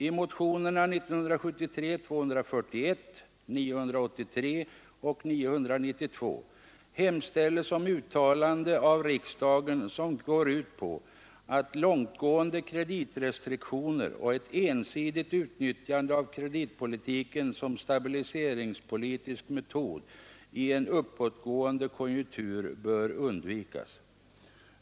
I motionerna 1973:241, 1973:983 och 1973:992 hemställes om uttalande av riksdagen som går ut på att långtgående kreditrestriktioner och ett ensidigt utnyttjande av kreditpolitiken som stabiliseringspolitisk metod i en uppåtgående konjunktur bör undvikas.